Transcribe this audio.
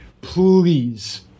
please